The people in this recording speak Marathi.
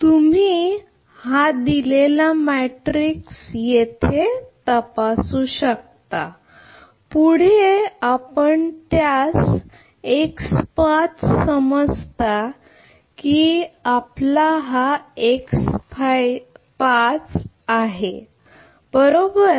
तुम्ही दिलेला मॅट्रिक्स तपासू शकता पुढे आपण त्यास समजता की आपला हा एक आहे बरोबर